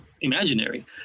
imaginary